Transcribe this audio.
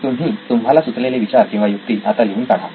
तुम्ही तुम्हाला सुचलेले विचार किंवा युक्ती आता लिहून काढा